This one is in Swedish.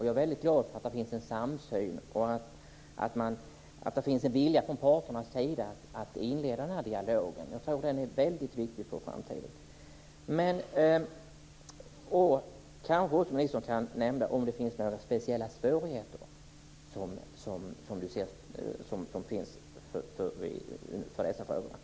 Jag är väldigt glad för att det finns en samsyn och att det finns en vilja från parternas sida att inleda den här dialogen. Jag tror att den är väldigt viktig för framtiden. Kanske kan ministern också nämna om det finns några speciella svårigheter med dessa frågor.